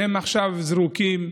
והם עכשיו זרוקים,